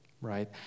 right